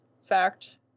fact